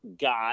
got